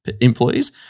employees